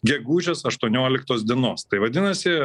gegužės aštuonioliktos dienos tai vadinasi